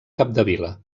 capdevila